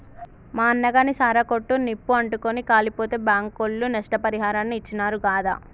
మా అన్నగాని సారా కొట్టు నిప్పు అంటుకుని కాలిపోతే బాంకోళ్లు నష్టపరిహారాన్ని ఇచ్చినారు గాదా